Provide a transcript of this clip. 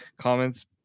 comments